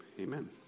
Amen